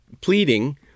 pleading